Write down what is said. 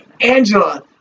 Angela